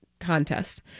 Contest